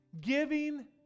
giving